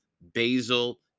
Basil